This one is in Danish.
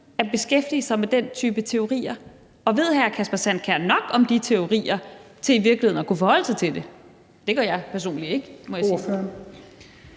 at beskæftige sig med den type teorier? Og ved hr. Kasper Sand Kjær nok om de teorier til i virkeligheden at kunne forholde sig til det? Det gør jeg personligt ikke, må jeg sige.